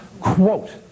quote